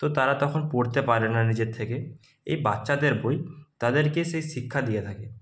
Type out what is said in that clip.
তো তারা তখন পড়তে পারে না নিজের থেকে এই বাচ্চাদের বই তাদেরকে সেই শিক্ষা দিয়ে থাকে